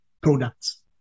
products